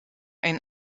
ein